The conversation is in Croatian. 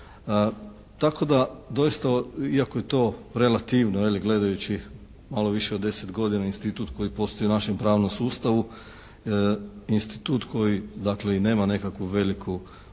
tako da doista iako je to relativno je li gledajući malo više od 10 godina institut koji postoji u našem pravnom sustavu, institut koji dakle i nema nekakvu veliku,